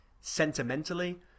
sentimentally